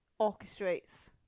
orchestrates